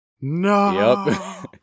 No